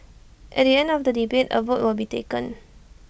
at the end of the debate A vote will be taken